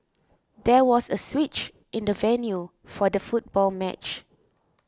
there was a switch in the venue for the football match